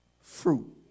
fruit